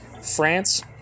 France